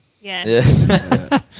yes